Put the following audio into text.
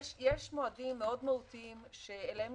כן סופרים, לא